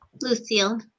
lucille